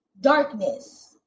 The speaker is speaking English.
darkness